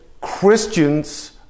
Christians